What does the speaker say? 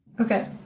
Okay